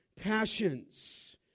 passions